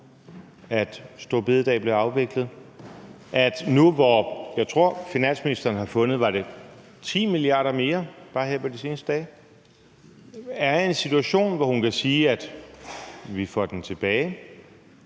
at store bededag blev afviklet, og at nu, hvor jeg tror finansministeren har fundet, var det 10 mia. kr. mere bare her de seneste dage? er i en situation, hvor hun kan sige, at vi får den tilbage?